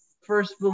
First